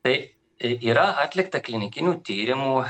tai yra atlikta klinikinių tyrimų